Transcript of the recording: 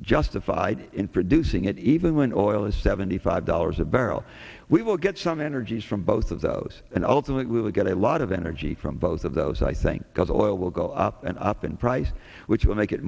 justified in producing it even when oil is seventy five dollars a barrel we will get some energies from both of those and ultimately get a lot of energy from both of those i think because oil will go up and up in price which will make it